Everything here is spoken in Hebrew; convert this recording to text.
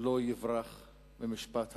לא יברח ממשפט ההיסטוריה,